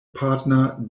partner